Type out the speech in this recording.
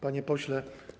Panie Pośle!